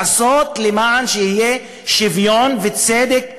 לעשות שיהיה שוויון וצדק אמיתי,